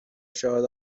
شاهد